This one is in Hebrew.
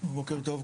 בוקר טוב.